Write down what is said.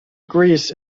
greece